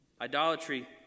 Idolatry